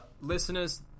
listeners